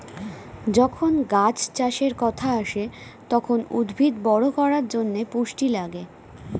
যখন গাছ চাষের কথা আসে, তখন উদ্ভিদ বড় করার জন্যে পুষ্টি লাগে